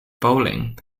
bowling